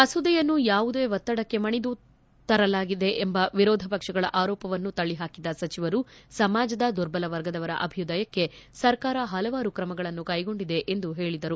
ಮಸೂದೆಯನ್ನು ಯಾವುದೊ ಒತ್ತಡಕ್ಕೆ ಮಣಿದು ತರಲಾಗಿದೆ ಎಂಬ ವಿರೋಧ ಪಕ್ಷಗಳ ಆರೋಪವನ್ನು ತಳ್ಳಿಹಾಕಿದ ಸಚಿವರು ಸಮಾಜದ ದುರ್ಬಲ ವರ್ಗದವರ ಅಭುದ್ಯಯಕ್ಕೆ ಸರ್ಕಾರ ಹಲವಾರು ಕ್ರಮಗಳನ್ನು ಕೈಗೊಂಡಿದೆ ಎಂದು ಹೇಳಿದರು